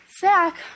Zach